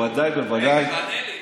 בוודאי, בוודאי.